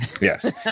Yes